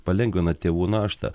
palengvina tėvų naštą